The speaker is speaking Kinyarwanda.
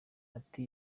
ati